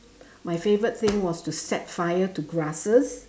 my favourite thing was to set fire to grasses